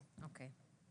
אוקי.